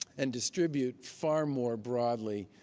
and distribute far more broadly